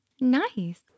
Nice